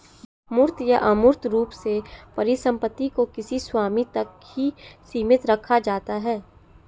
मूर्त या अमूर्त रूप से परिसम्पत्ति को किसी स्वामी तक ही सीमित रखा जाता है